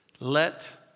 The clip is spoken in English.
Let